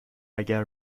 اگر